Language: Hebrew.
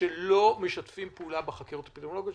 שלא משתפים פעולה בחקירות האפידמיולוגיות.